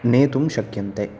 नेतुं शक्यन्ते